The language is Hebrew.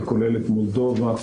זה כולל את מולדובה,